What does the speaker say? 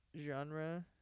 genre